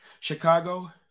Chicago